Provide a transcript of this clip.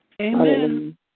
Amen